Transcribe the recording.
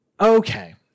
Okay